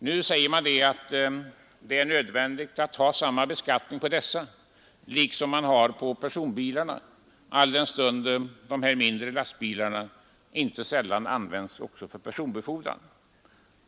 Nu säger man att det är nödvändigt att ha samma beskattning som på personbilarna, alldenstund de mindre lastbilarna inte sällan används också för personbefordran.